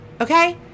Okay